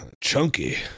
chunky